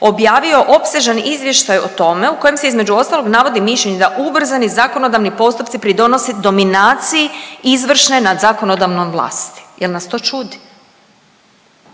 objavio opsežan izvještaj o tome u kojem se između ostalog navodi mišljenje da ubrzani zakonodavni postupci pridonose dominaciji izvršne nad zakonodavnom vlasti. Jel nas to čudi